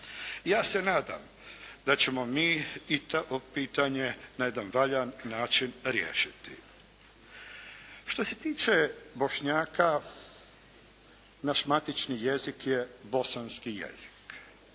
Ja se nadam da ćemo mi i to pitanje na jedan valjan način riješiti. Što se tiče Bošnjaka naš matični jezik je bosanski jezik.